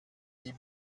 die